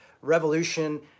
revolution